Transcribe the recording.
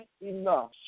enough